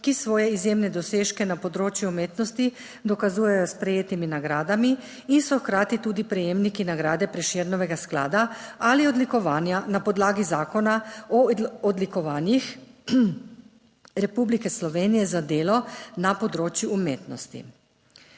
ki svoje izjemne dosežke na področju umetnosti dokazujejo s prejetimi nagradami in so hkrati tudi prejemniki nagrade Prešernovega sklada ali odlikovanja na podlagi zakona o odlikovanjih Republike Slovenije za delo na področju umetnosti.